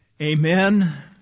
Amen